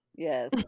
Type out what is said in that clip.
Yes